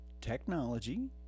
technology